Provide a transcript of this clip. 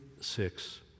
six